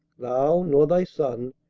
thou, nor thy son,